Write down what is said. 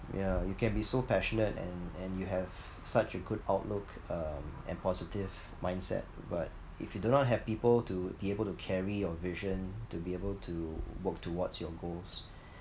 ya you can be so passionate and and you have such a good outlook um and positive mindset but if you do not have people to be able to carry your vision to be able to work towards your goals